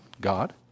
God